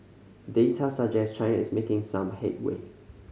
data suggest China is making some headway